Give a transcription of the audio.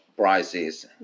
prices